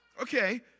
okay